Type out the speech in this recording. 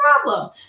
problem